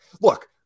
look